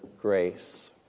grace